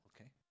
okay